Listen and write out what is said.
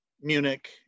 Munich